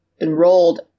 enrolled